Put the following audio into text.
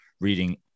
reading